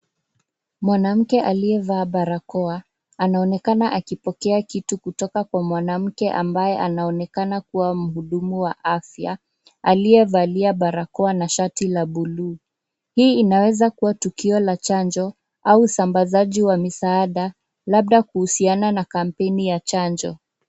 Mwanamke aliyevaa barakoa anaonekana akipokea kitu kutoka kwa mwanamke ambaye anaonekana kuwa mhudumu wa afya aliyevalia barako na shati la buluu. Hii inaweza kuwa tukio la chanjo au usambazaji wa misaada labda kuhusiana na kampeni ya chanjo.